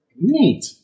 Neat